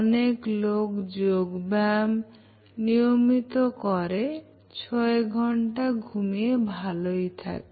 অনেক লোক যোগ ব্যায়াম নিয়মিত করে ছয় ঘন্টা ঘুমিয়ে ভালো থাকে